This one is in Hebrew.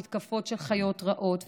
מתקפות של חיות רעות,